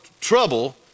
trouble